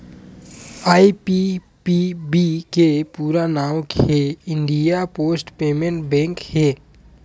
IPPB के पूरा नांव हे इंडिया पोस्ट पेमेंट बेंक हे